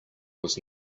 was